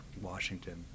Washington